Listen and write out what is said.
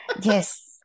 Yes